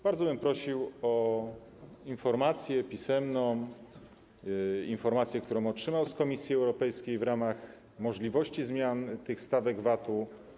Bardzo bym prosił o informację pisemną, informację, którą otrzymał z Komisji Europejskiej, w ramach możliwości zmian tych stawek VAT-u.